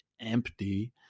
empty